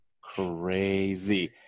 Crazy